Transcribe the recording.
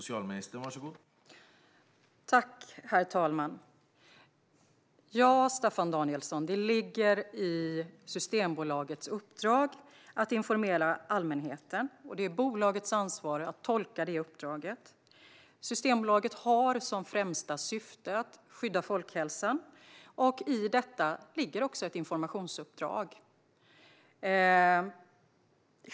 Herr talman! Ja, Staffan Danielsson, det ligger i Systembolagets uppdrag att informera allmänheten, och det är bolagets ansvar att tolka det uppdraget. Systembolaget har som främsta syfte att skydda folkhälsan, och i detta ligger också ett informationsuppdrag.